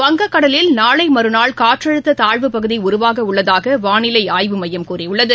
வங்கக் கடலில் நாளைமறுநாள் காற்றழுத்ததாழ்வுப் பகுதிஉருவாகஉள்ளதாகவானிலைஆய்வு மையம் கூறியுள்ளது